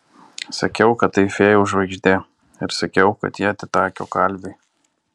sakiau kad tai fėjų žvaigždė ir sakiau kad ji atiteko kalviui